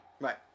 Right